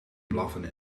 blaffen